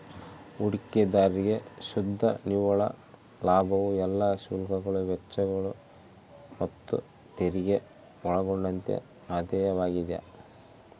ಹೂಡಿಕೆದಾರ್ರಿಗೆ ಶುದ್ಧ ನಿವ್ವಳ ಲಾಭವು ಎಲ್ಲಾ ಶುಲ್ಕಗಳು ವೆಚ್ಚಗಳು ಮತ್ತುತೆರಿಗೆ ಒಳಗೊಂಡಂತೆ ಆದಾಯವಾಗ್ಯದ